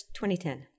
2010